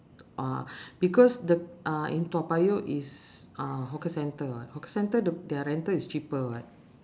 uh because the uh in toa payoh is uh hawker centre [what] hawker centre the their rental is cheaper [what]